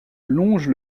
longe